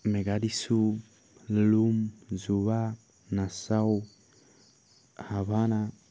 মেগাডিছু লুম যোৱা নাচাও হাভানা